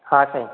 हा साईं